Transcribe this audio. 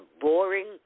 boring